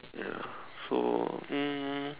ya so um